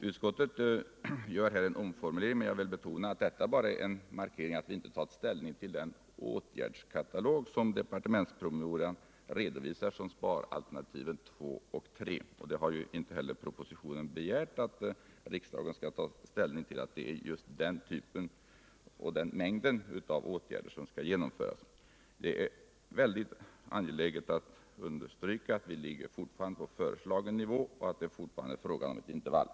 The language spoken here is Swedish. Utskottet gör här en omformulering. men jag vill betona att det bara är en markering av att vi inte har tagit ställning till den åtgärdskatalog som departementspromemorian redovisar som sparalternativ 2 och 3. I propositionen begärs inte heller att riksdagen skall ta ställning till att det är just den typen och den mängden av åtgärder som skall genomföras. Det är angeläget att understryka att vi fortfarande ligger på - Nr 154 föreslagen nivå och att det fortfarande är fråga om ett intervall.